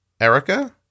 Erica